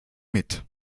mit